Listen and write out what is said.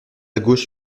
gauche